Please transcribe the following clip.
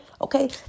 Okay